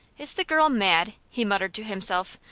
is the girl mad? he muttered to himself.